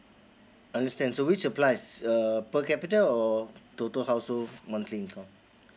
understand so which applies uh per capita or total household monthly income